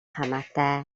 хамаатай